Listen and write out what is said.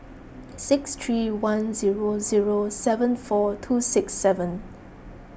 six three one zero zero seven four two six seven